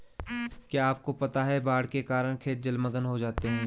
क्या आपको पता है बाढ़ के कारण खेत जलमग्न हो जाते हैं?